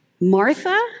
Martha